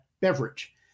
beverage